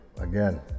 again